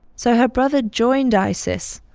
so her brother joined isis,